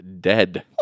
dead